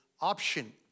option